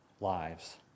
lives